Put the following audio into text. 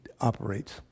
operates